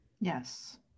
Yes